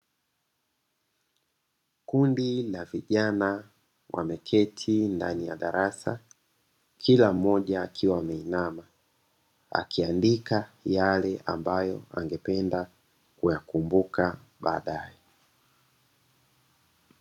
Kundi la vijana wameketi ndani ya darasa, kila mmoja akiwa ameinama akiandika yale ambayo angependa kuyakumbuka baadae.